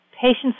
patients